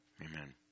Amen